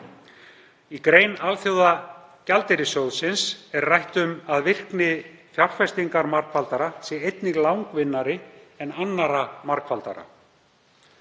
Í grein Alþjóðagjaldeyrissjóðsins er rætt um að virkni fjárfestingarmargfaldara sé einnig langvinnari en annarra margfaldara.“